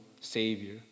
Savior